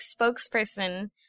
spokesperson